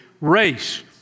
race